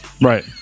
Right